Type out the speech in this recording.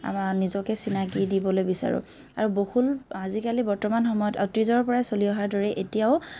আমাৰ নিজকে চিনাকি দিবলৈ বিচাৰোঁ আৰু বহুল আজিকালি বৰ্তমান সময়ত অতীজৰ পৰাই চলি অহাৰ দৰে এতিয়াও